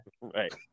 Right